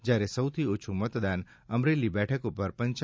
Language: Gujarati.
જ્યારે સૌથી ઓછૂં મતદાન અમરેલી બેઠક ઉપર પપ